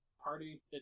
party